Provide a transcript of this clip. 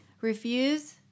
Refuse